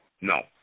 No